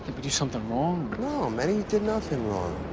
did we do something wrong, or. no, manny, you did nothing wrong.